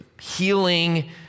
healing